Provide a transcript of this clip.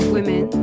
Women